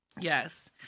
Yes